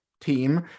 team